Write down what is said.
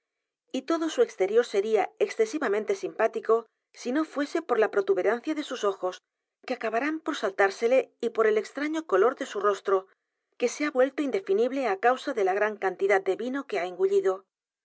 y todo su exterior sería excesivamente simpático si no fuese por la protuberancia de sus ojos que acabarán por saltársele y por el extraño color de su rostro que se ha vuelto indefinible á causa de la gran cantidad de vino que ha engullido